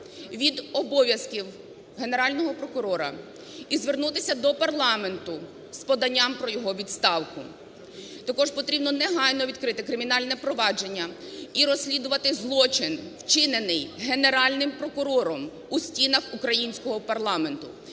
від обов'язків Генерального прокурора і звернутися до парламенту з поданням про його відставку. Також потрібно негайно відкрити кримінальне провадження і розслідувати злочин, вчинений Генеральним прокурором у стінах українського парламенту,